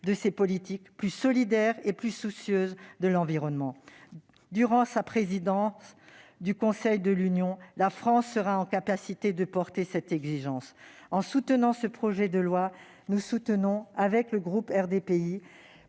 de ses politiques, plus solidaire et plus soucieuse de l'environnement. Durant sa présidence du Conseil de l'Union, la France sera en mesure de défendre cette exigence. En soutenant ce projet de loi, le groupe RDPI